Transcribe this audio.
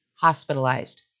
hospitalized